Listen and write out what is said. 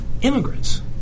immigrants